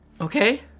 Okay